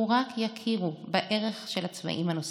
לו רק יכירו בערך של הצבעים הנוספים.